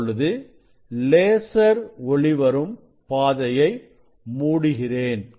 இப்பொழுது லேசர் ஒளி வரும் பாதையை மூடுகிறேன்